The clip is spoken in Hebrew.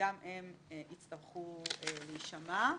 גם הם יצטרכו להישמע.